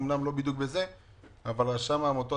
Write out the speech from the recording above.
אמנם לא בדיוק בזה אבל רשם העמותות,